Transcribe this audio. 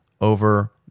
over